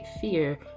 fear